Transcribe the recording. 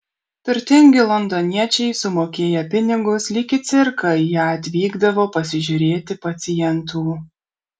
turtingi londoniečiai sumokėję pinigus lyg į cirką į ją atvykdavo pasižiūrėti pacientų